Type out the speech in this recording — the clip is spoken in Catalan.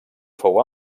fou